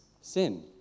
sin